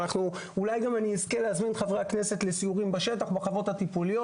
ואולי אני אזכה להזמין את חברי הכנסת לסיורים בשטח בחוות הטיפוליות.